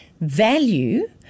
value